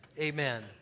Amen